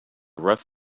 rough